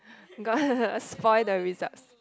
gonna spoil the results